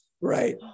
Right